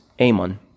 Amon